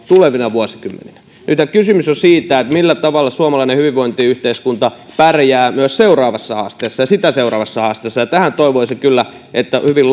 tulevina vuosikymmeninä nythän kysymys on siitä millä tavalla suomalainen hyvinvointiyhteiskunta pärjää myös seuraavassa haasteessa ja sitä seuraavassa haasteessa ja toivoisin kyllä että tähän hyvin